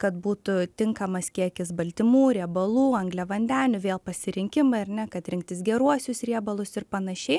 kad būtų tinkamas kiekis baltymų riebalų angliavandenių vėl pasirinkimai ar ne kad rinktis geruosius riebalus ir panašiai